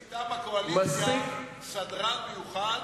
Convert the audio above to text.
יש מטעם הקואליציה סדרן מיוחד,